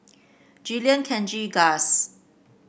Jillian Kenji Guss